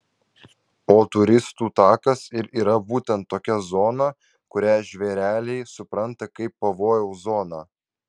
o turistų takas ir yra būtent tokia zona kurią žvėreliai supranta kaip pavojaus zoną